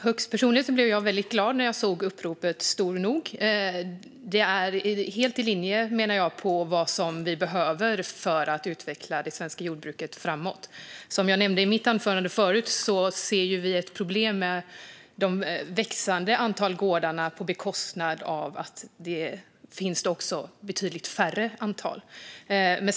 Fru talman! Personligen blev jag väldigt glad när jag såg uppropet Stor nog. Det är helt i linje med vad vi behöver för att utveckla det svenska jordbruket. Som jag nämnde i mitt anförande ser vi ett problem med att gårdarna växer men blir färre till antalet.